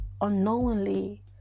unknowingly